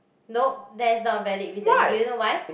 nope that is not a valid reason do you know why